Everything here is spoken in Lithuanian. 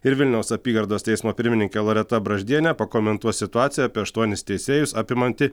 ir vilniaus apygardos teismo pirmininkė loreta braždienė pakomentuos situaciją apie aštuonis teisėjus apimantį